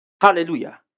hallelujah